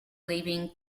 leaving